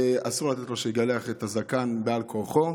אסור לתת לו שיגלח את הזקן בעל כורחו.